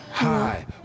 Hi